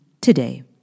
today